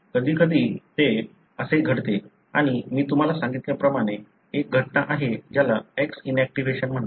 कधीकधी असे घडते आणि मी तुम्हाला सांगितल्याप्रमाणे एक घटना आहे ज्याला X इनऍक्टिव्हेशन म्हणतात